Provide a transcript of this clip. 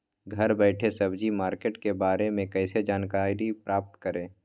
घर बैठे सब्जी मार्केट के बारे में कैसे जानकारी प्राप्त करें?